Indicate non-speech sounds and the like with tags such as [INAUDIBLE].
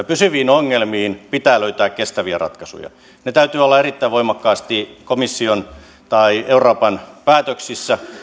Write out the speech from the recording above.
[UNINTELLIGIBLE] pysyviin ongelmiin pitää löytää kestäviä ratkaisuja niiden täytyy olla erittäin voimakkaasti komission tai euroopan päätöksissä